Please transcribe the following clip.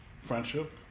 friendship